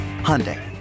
Hyundai